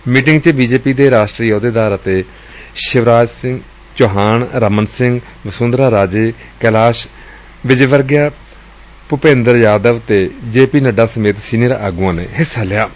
ਇਸ ਮੀਟਿੰਗ ਵਿਚ ਬੀਜੇਪੀ ਦੇ ਰਾਸ਼ਟਰੀ ਆਹੁਦੇਦਾਰ ਅਤੇ ਸ਼ਿਵਰਾਜ ਸਿੰਘ ਚੌਹਾਨ ਰਮਨ ਸਿੰਘ ਵਸੂੰਧਰਾ ਰਾਜੇ ਕੈਲਾਸ਼ ਵਿਜੇਵਰਮਿਆ ਭੂਪੇਂਦਰ ਯਾਦਵ ਅਤੇ ਜੇ ਪੀ ਨੱਡਾ ਸਮੇਤ ਸੀਨੀਅਰ ਆਗੂ ਹਿੱਸਾ ਲੈ ਰਹੇ ਨੇ